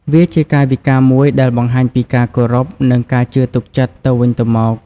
វាជាកាយវិការមួយដែលបង្ហាញពីការគោរព និងការជឿទុកចិត្តទៅវិញទៅមក។